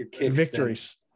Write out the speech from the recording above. Victories